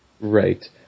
Right